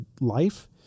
life